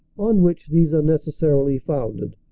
on which these are necessarily founded,